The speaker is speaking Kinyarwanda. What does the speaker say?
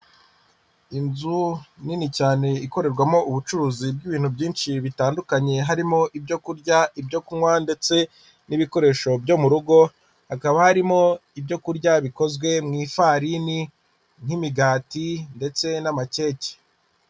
Inzu nini cyane ikorerwamo ubucuruzi bw'ibintu byinshi bitandukanye harimo ibyo kurya, ibyo kunywa ndetse n'ibikoresho byo mu rugo, hakaba harimo ibyo kurya bikozwe mu ifarini nk'imigati ndetse n'amakeke.